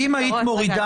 אם היית מורידה